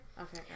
Okay